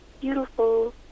beautiful